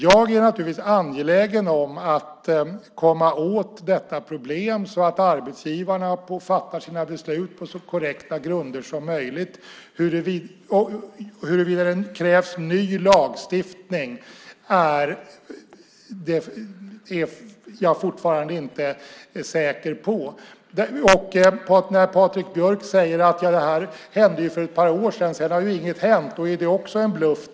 Jag är naturligtvis angelägen om att komma åt detta problem så att arbetsgivarna fattar sina beslut på så korrekta grunder som möjligt. Huruvida det krävs ny lagstiftning är jag fortfarande inte säker på. När Patrik Björck säger att det här hände för ett par år sedan och att sedan har inget hänt är det också en bluff.